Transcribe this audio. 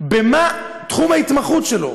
מה תחום ההתמחות שלו.